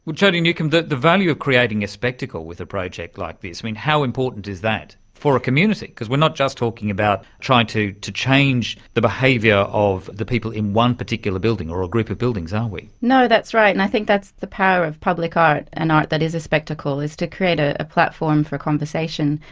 jodi newcombe, the the value of creating a spectacle with a project like this, how important is that for a community? because we're not just talking about trying to to change the behaviour of the people in one particular building or a group of buildings, are we? no, that's right, and i think that's the power of public art and art that is a spectacle, is to create a a platform for conversation.